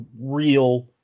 real